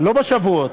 לא בשבועות,